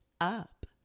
up